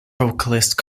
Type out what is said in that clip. vocalist